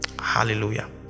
hallelujah